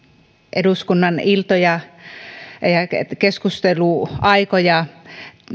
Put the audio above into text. eduskunnan iltoja ja keskusteluaikoja